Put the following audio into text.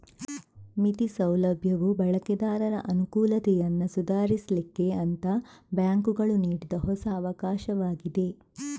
ಮಿತಿ ಸೌಲಭ್ಯವು ಬಳಕೆದಾರರ ಅನುಕೂಲತೆಯನ್ನ ಸುಧಾರಿಸ್ಲಿಕ್ಕೆ ಅಂತ ಬ್ಯಾಂಕುಗಳು ನೀಡಿದ ಹೊಸ ಅವಕಾಶವಾಗಿದೆ